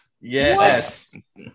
Yes